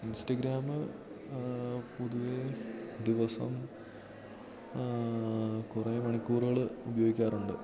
Instagram പൊതുവേ ദിവസം കുറേ മണിക്കൂറുകൾ ഉപയോഗിക്കാറുണ്ട്